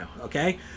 okay